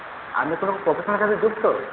আপনি কোন প্রফেশনের সাথে যুক্ত